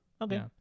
okay